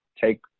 take